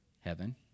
Heaven